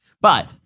But-